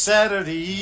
Saturday